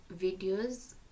videos